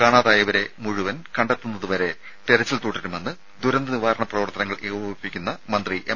കാണാതായവരെ മുഴുവൻ കണ്ടെത്തുന്നുത് വരെ തെരച്ചിൽ തുടരുമെന്ന് ദുരന്ത നിവാരണ പ്രവർത്തനങ്ങൾ ഏകോപിപ്പിക്കുന്ന മന്ത്രി എം